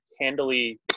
handily